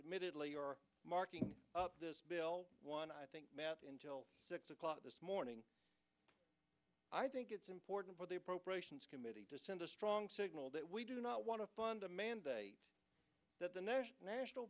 admittedly are marking up this bill one i think math until six o'clock this morning i think it's important for the appropriations committee to send a strong signal that we do not want to fund a mandate that the new national